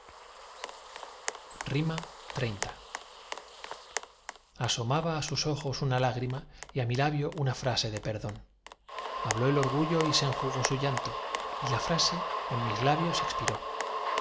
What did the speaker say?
xxx asomaba á sus ojos una lágrima y á mi labio una frase de perdón habló el orgullo y se enjugó su llanto y la frase en mis labios expiró yo